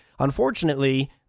Unfortunately